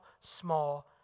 small